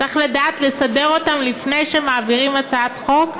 צריך לדעת לסדר אותם לפני שמעבירים הצעת חוק,